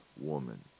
woman